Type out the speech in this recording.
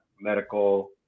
medical